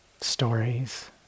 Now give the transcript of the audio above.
stories